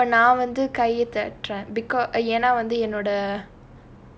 ah அப்ப நா வந்து கைய தட்றேன்:appa naa vanthu kaiya thatraen because ஏன்னா வந்து என்னோட:yaenna vanthu ennoda